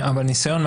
מהניסיון,